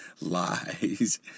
lies